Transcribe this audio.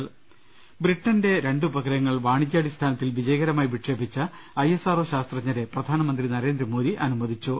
്്്്്്്് ബ്രിട്ടന്റെ രണ്ട് ഉപഗ്രഹങ്ങൾ വാണിജ്യാടിസ്ഥാനത്തിൽ വിജയകരമായി വിക്ഷേപിച്ച ഐ എസ് ആർ ഒ ശാസ്ത്രജ്ഞരെ പ്രധാനമന്ത്രി നരേന്ദ്രമോദി അനു മോദിച്ചു